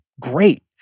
great